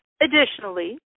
Additionally